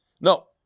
No